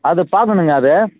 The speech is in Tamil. அது பார்க்கணுங்க அது